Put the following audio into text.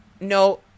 no